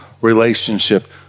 relationship